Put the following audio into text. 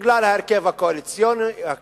בגלל ההרכב הקואליציוני,